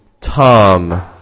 tom